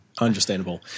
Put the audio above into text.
Understandable